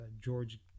George